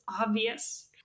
obvious